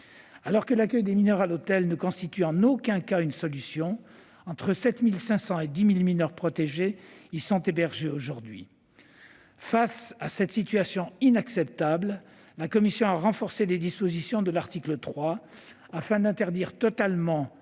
Alors que l'accueil de mineurs à l'hôtel ne constitue en aucun cas une solution, entre 7 500 et 10 000 mineurs protégés y sont hébergés aujourd'hui. Face à cette situation inacceptable, la commission a renforcé les dispositions de l'article 3 afin d'interdire totalement